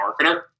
marketer